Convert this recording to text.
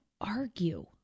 argue